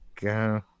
go